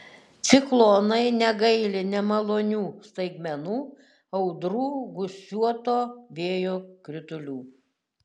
ciklonai negaili nemalonių staigmenų audrų gūsiuoto vėjo kritulių